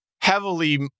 heavily